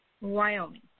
Wyoming